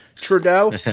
Trudeau